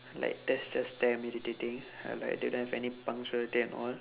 like that's just damn irritating like they don't have any punctuality at all